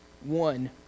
one